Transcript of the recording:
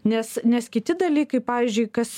nes nes kiti dalykai pavyzdžiui kas